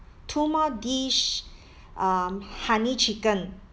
two more dish um honey chicken